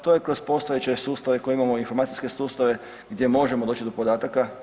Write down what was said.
To je kroz postojeće sustave koje imamo informacijske sustave gdje možemo doći do podataka.